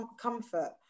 comfort